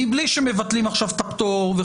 בלי שמבטלים עכשיו את הפטור,